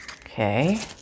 Okay